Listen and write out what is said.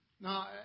Now